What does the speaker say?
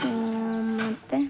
ಮತ್ತೆ